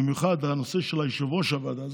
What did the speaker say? במיוחד הנושא של יושב-ראש ועדה,